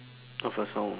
of a song